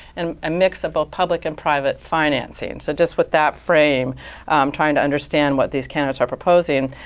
and a mix of both public and private financing. and so just what that frame, i'm trying to understand what these candidates are proposing.